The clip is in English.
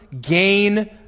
gain